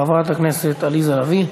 חברת הכנסת עליזה לביא.